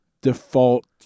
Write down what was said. default